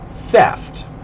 theft